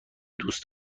دوست